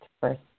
first